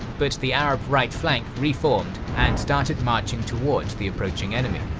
but the arab right flank reformed and started marching towards the approaching enemy.